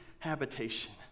Habitation